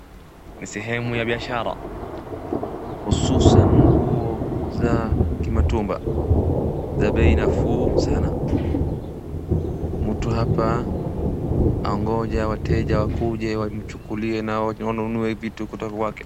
Ni sehemu ya biashara, hususan nguo za kimatumba za bei nafuu sana. Mtu hapa angoja wateja wakuje wajichukulie nao wanunue vitu kutoka kwake.